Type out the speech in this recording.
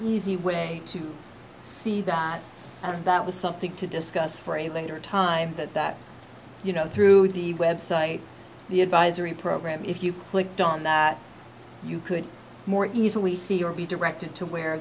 easy way to see that that was something to discuss for a later time that that you know through the website the advisory program if you clicked on that you could more easily see or be directed to w